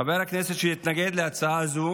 חבר הכנסת שיתנגד להצעה הזאת